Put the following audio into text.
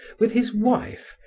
with his wife,